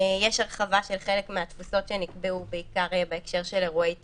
יש הרחבה של חלק מהתפוסות שנקבעו בעיקר בהקשר של אירועי תרבות.